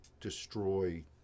destroy